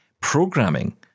programming